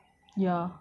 ya